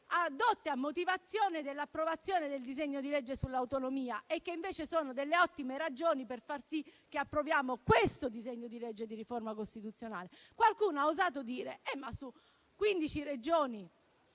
addotte a motivazione dell'approvazione del disegno di legge sull'autonomia e che invece sono delle ottime ragioni per far sì che approviamo questo disegno di legge di riforma costituzionale. Qualcuno ha osato dire: su quindici Regioni